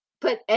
put